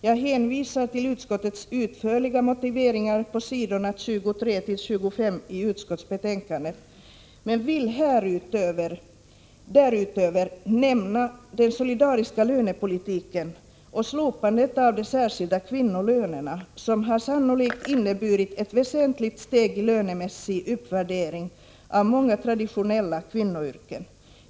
Jag hänvisar till utskottets utförliga motiveringar på s. 23-25, men vill därutöver nämna den solidariska lönepolitiken och slopandet av de särskilda kvinnolönerna, som sannolikt inneburit ett väsentligt steg i lönemässig uppvärdering av många traditionella kvinnoyrken.